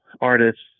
artists